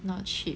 not cheap